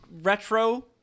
retro